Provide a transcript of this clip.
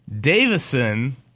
Davison